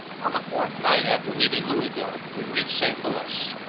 on the fourth night after leaving louisville, we reached st. louis,